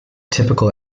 typical